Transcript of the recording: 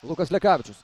lukas lekavičius